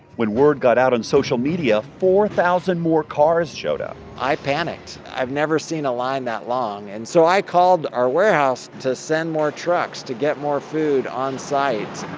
when word got out on social media, four thousand more cars showed up i panicked. i've never seen a line that long. and so i called our warehouse to send more trucks to get more food onsite.